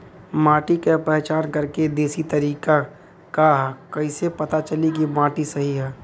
माटी क पहचान करके देशी तरीका का ह कईसे पता चली कि माटी सही ह?